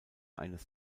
eines